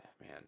man